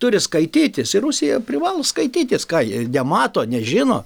turi skaitytis ir rusija privalo skaitytis ką jie nemato nežino